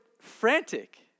frantic